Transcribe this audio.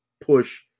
push